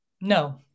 no